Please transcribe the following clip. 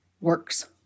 works